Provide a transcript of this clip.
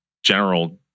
General